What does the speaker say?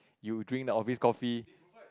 you drink the office coffee